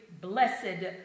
blessed